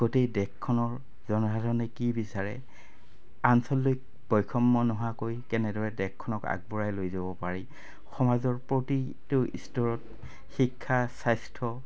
গোটেই দেশখনৰ জনসাধাৰণে কি বিচাৰে আঞ্চলিক বৈষম্য নোহোৱাকৈ কেনেদৰে দেশখনক আগবঢ়াই লৈ যাব পাৰি সমাজৰ প্ৰতিটো স্তৰত শিক্ষা স্বাস্থ্য